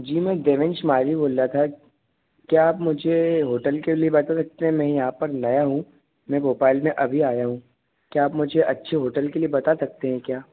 जी मैं देवेश माजी बोल रहा था क्या आप मुझे होटल के लिए बता सकते मैं यहाँ पर नया हूँ मैं भोपाल में अभी आया हूँ क्या आप मुझे अच्छे होटल के लिए बता सकते है क्या